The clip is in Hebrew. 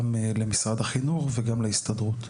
גם למשרד החינוך וגם להסתדרות.